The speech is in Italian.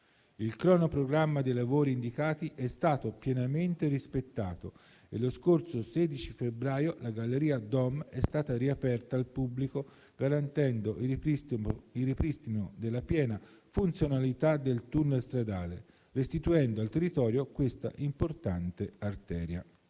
Il cronoprogramma dei lavori indicati è stato pienamente rispettato e lo scorso 16 febbraio la galleria Dom è stata riaperta al pubblico garantendo il ripristino della piena funzionalità del tunnel stradale, restituendo al territorio questa importante arteria.